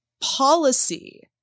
policy